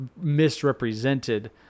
misrepresented